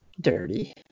Dirty